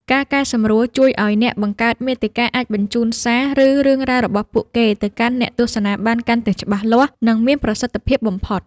ការកែសម្រួលជួយឱ្យអ្នកបង្កើតមាតិកាអាចបញ្ជូនសារ ឬរឿងរ៉ាវរបស់ពួកគេទៅកាន់អ្នកទស្សនាបានកាន់តែច្បាស់លាស់ និងមានប្រសិទ្ធភាពបំផុត។